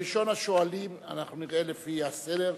ראשון השואלים, אנחנו נראה לפי הסדר,